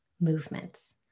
movements